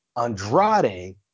Andrade